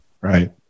Right